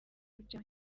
bya